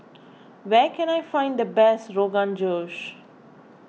where can I find the best Rogan Josh